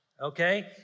okay